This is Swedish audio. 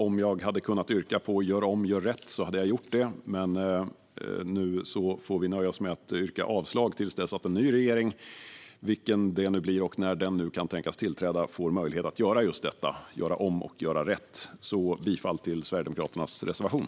Om jag hade kunnat yrka på att man ska göra om och göra rätt hade jag gjort det, men nu får vi nöja oss med att yrka avslag till dess att en ny regering - vilken det nu blir och när den nu kan tänkas tillträda - får möjlighet att göra just detta: göra om och göra rätt. Jag yrkar bifall till Sverigedemokraternas reservation.